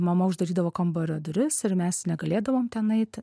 mama uždarydavo kambario duris ir mes negalėdavom ten eiti